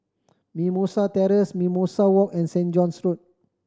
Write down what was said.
Mimosa Terrace Mimosa Walk and St John's Road